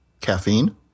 Caffeine